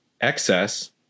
excess